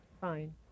Fine